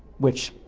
which,